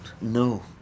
No